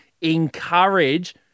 encourage